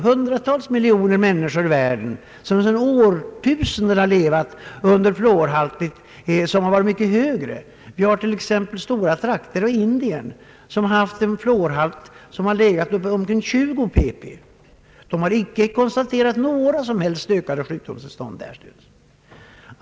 Många miljoner människor i världen har sedan årtusenden levat med en fluorhalt som har varit mycket högre. Vi har t.ex. stora trakter i Indien som har en fluorhalt på omkring 20 pp. Där har icke kunnat konstateras någon som helst ökning av sjukdomstillstånden.